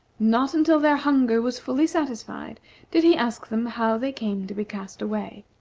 not until their hunger was fully satisfied did he ask them how they came to be cast away.